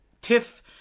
tiff